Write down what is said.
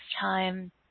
time